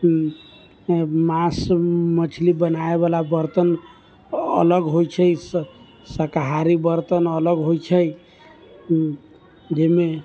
मास मछली बनाबैवला बर्तन अलग होइ छै शाकाहारी बर्तन अलग होइ छै जाहिमे